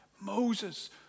Moses